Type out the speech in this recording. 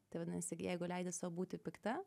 tai vadinasi ir jeigu leidi sau būti pikta